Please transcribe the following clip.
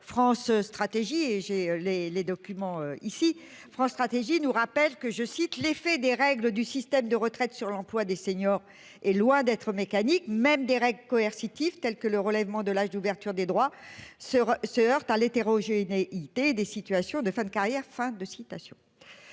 France Stratégie et j'ai les les documents ici France Stratégie nous rappelle que je cite l'effet des règles du système de retraites, sur l'emploi des seniors est loin d'être mécanique même des règles coercitives telles que le relèvement de l'âge d'ouverture des droits sur se heurte à l'hétérogénéité des situations de fin de carrière,